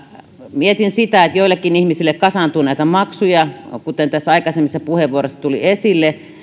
mietin sitä että joillekin ihmisille kasaantuu näitä maksuja kuten tässä aikaisemmissa puheenvuoroissa tuli esille